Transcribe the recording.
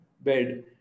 bed